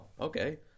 okay